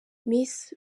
miss